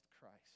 Christ